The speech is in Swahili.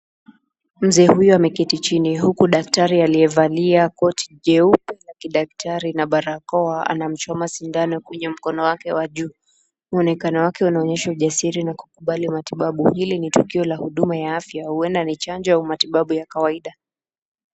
Mzee huyu ameketi chini huku daktari aliyevalia koti jeupe ya kidaktari na barakoa anamchoma sindano kwenye mkono wake wa juu. Muonekano wake unaonyesha ujasiri na kukubali matibabu hili ni tukio la huduma ya afya huenda ni chanjo au matibabu ya kawaida.